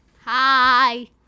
Hi